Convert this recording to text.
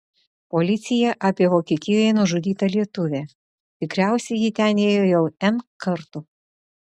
policija apie vokietijoje nužudytą lietuvę tikriausiai ji ten ėjo jau n kartų